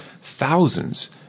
thousands